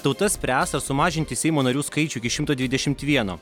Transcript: tauta spręs ar sumažinti seimo narių skaičių iki šimto dvidešimt vieno